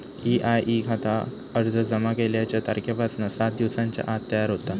EIE खाता अर्ज जमा केल्याच्या तारखेपासना सात दिवसांच्या आत तयार होता